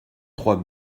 trois